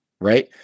Right